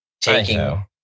taking